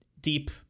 deep